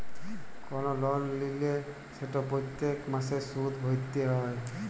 call লল লিলে সেট প্যত্তেক মাসে সুদ ভ্যইরতে হ্যয়